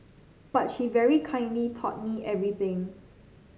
but she very kindly taught me everything